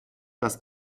das